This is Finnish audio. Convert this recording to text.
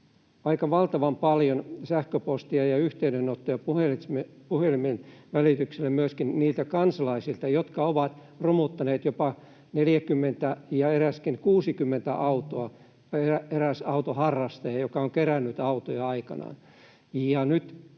aika valtavan paljon sähköpostia ja yhteydenottoja puhelimen välityksellä myöskin niiltä kansalaisilta, jotka ovat romuttaneet jopa 40 ja eräskin 60 autoa — eräs autoharrastaja, joka on kerännyt autoja aikanaan